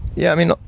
yeah, i mean,